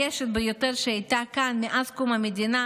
והמרגשת ביותר שהייתה כאן מאז קום המדינה,